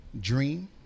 Dream